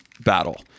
battle